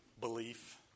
belief